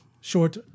Short